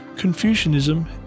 Confucianism